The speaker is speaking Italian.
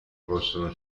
possono